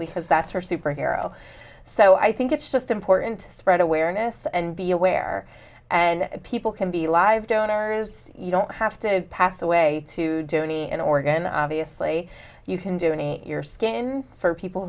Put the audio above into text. because that's her super hero so i think it's just important to spread awareness and be aware and people can be live donors you don't have to pass away to do any an organ obviously you can do any of your skin for people